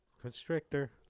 Constrictor